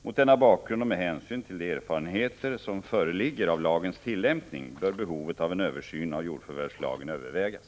Mot denna bakgrund och med hänsyn till de erfarenheter som föreligger av lagens tillämpning bör behovet av en översyn av jordförvärvslagen övervägas.